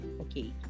okay